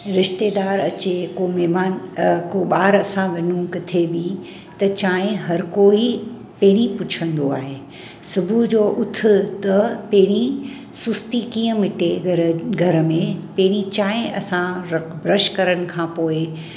रिश्तेदारु अचे को महिमानु को ॿाहिरि असां वञूं किथे बि त चांहि हर कोई पहिरियों पुछंदो आहे सुबुह जो उथूं त पहिरियों सुस्ती कीअं मिटे घरु घर में पहिरियों चांहि असां रख ब्रश करण खां पोइ